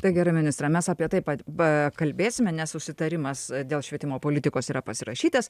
tai gerai ministre mes apie tai pad pakalbėsime nes susitarimas dėl švietimo politikos yra pasirašytas